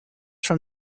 from